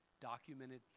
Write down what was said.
Documented